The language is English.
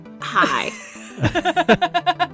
Hi